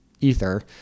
ether